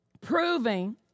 Proving